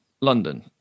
London